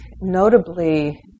notably